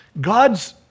God's